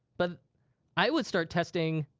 but i would start testing,